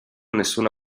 nessuna